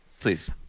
Please